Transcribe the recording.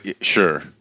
sure